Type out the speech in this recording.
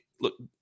look